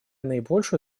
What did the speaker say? наибольшую